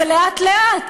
ולאט-לאט,